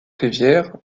rivière